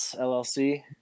LLC